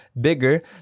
bigger